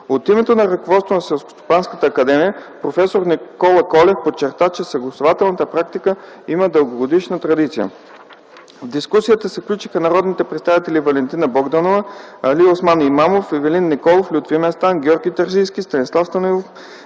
От името на ръководството на Селскостопанска академия проф. Никола Колев подчерта, че съгласувателната практика има дългогодишна традиция. В дискусията се включиха народните представители Валентина Богданова, Алиосман Имамов, Ивелин Николов, Лютви Местан, Георги Терзийски, Станислав Станилов,